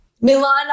Milan